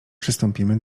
przystąpimy